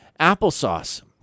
Applesauce